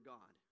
God